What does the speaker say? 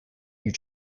you